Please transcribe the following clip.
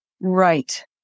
Right